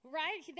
right